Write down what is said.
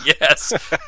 Yes